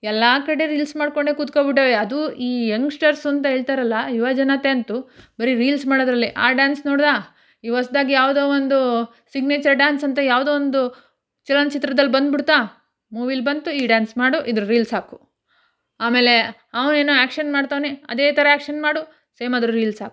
ಎಲ್ಲ ಕಡೆ ರೀಲ್ಸ್ ಮಾಡಿಕೊಂಡೇ ಕುತ್ಕೊಂಡ್ಬಿಟ್ಟಾರೆ ಅದು ಈ ಯಂಗ್ಸ್ಟರ್ಸು ಅಂತ ಹೇಳ್ತಾರಲ್ಲ ಯುವಜನತೆಯಂತೂ ಬರೀ ರೀಲ್ಸ್ ಮಾಡೋದರಲ್ಲೇ ಆ ಡ್ಯಾನ್ಸ್ ನೋಡಿದ್ರಾ ಈಗ ಹೊಸದಾಗಿ ಯಾವುದೋ ಒಂದು ಸಿಗ್ನೇಚರ್ ಡ್ಯಾನ್ಸ್ ಅಂತ ಯಾವುದೋ ಒಂದು ಚಲನಚಿತ್ರದಲ್ಲಿ ಬಂದ್ಬಿಡ್ತಾ ಮೂವೀಲಿ ಬಂತು ಈ ಡ್ಯಾನ್ಸ್ ಮಾಡು ಇದರ ರೀಲ್ಸ್ ಹಾಕು ಆಮೇಲೆ ಅವ ಏನೋ ಆ್ಯಕ್ಷನ್ ಮಾಡ್ತವ್ನೆ ಅದೇ ಥರ ಆ್ಯಕ್ಷನ್ ಮಾಡು ಸೇಮ್ ಅದ್ರಲ್ಲಿ ರೀಲ್ಸ್ ಹಾಕು